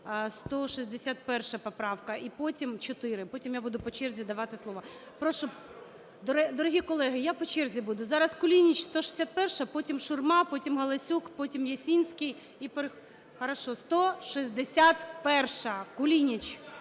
161 поправка, і потім 4. Потім я буду по черзі давати слово. Прошу. Дорогі колеги, я по черзі буду. Зараз Кулініч – 161-а, потім – Шурма, потім – Галасюк, потім – Яніцький. І... Хорошо. 161-а, Кулініч.